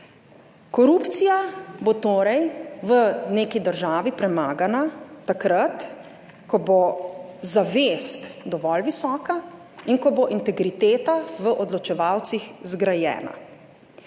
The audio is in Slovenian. Korupcija bo torej v neki državi premagana takrat, ko bo zavest dovolj visoka in ko bo integriteta v odločevalcih zgrajena.